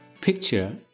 picture